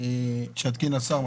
שיתקין השר?